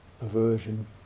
aversion